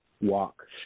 walk